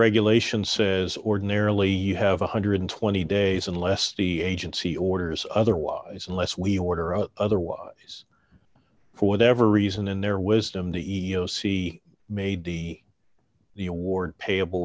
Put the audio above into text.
regulation says ordinarily you have one hundred and twenty days unless the agency orders otherwise unless we order or otherwise for the ever reason in their wisdom the sea made the the award payable